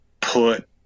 put